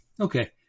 Okay